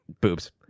boobs